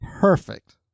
perfect